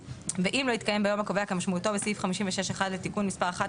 ואם לא התקיים ביום הקובע כמשמעותו בסעיף 56(1) לתיקון מס' 11,